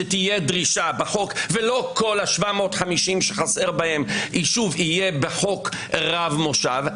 שתהיה דרישה בחוק ולא כל ה-750 שחסר בהם יישוב יהיה בחוק רב מושב,